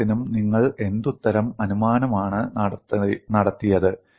എല്ലാത്തിനും നിങ്ങൾ എന്തുതരം അനുമാനമാണ് നടത്തിയത്